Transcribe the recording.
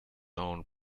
own